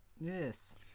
Yes